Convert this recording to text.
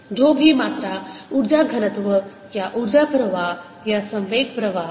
जो भी मात्रा ऊर्जा घनत्व या ऊर्जा प्रवाह या संवेग प्रवाह है